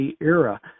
era